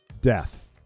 death